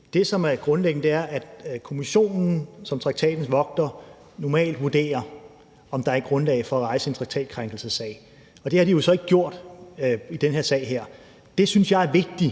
Det, som er grundlæggende, er, at Kommissionen som traktatens vogter normalt vurderer, om der er et grundlag for at rejse en traktatkrænkelsessag, og det har de jo så ikke gjort i den her sag. Jeg synes, det er vigtigt,